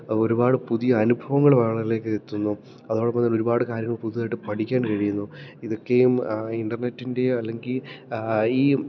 അതൊരുപാട് പുതിയ അനുഭവങ്ങൾ ആളുകളിലേക്കെത്തുന്നു അതോടൊപ്പംതന്നെ ഒരുപാട് കാര്യങ്ങൾ പുതുതായിട്ട് പഠിക്കാൻ കഴിയുന്നു ഇതൊക്കെയും ഇൻറ്റർനെറ്റിൻ്റെ അല്ലെങ്കിൽ ഈ